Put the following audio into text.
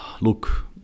Look